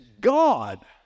God